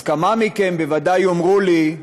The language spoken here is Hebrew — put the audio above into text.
אז כמה מכם בוודאי יאמרו לי: